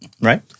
Right